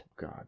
God